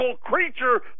creature